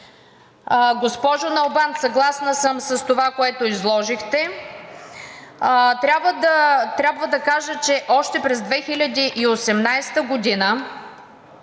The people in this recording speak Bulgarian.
Госпожо Налбант, съгласна съм с това, което изложихте. Трябва да кажа, че още през 2018 г.